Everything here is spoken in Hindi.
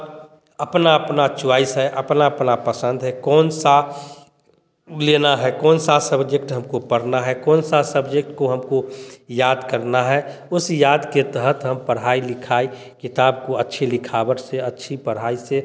अपना अपना चॉइस है अपना अपना पसंद है कौन सा लेना है कौन सा सब्जेक्ट हमको पढ़ना है कौन सा सब्जेक्ट को हमको याद करना है उस याद के तहत हम पढ़ाई लिखाई किताब को अच्छी लिखावट से अच्छी पढ़ाई से